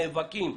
נאבקים,